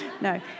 No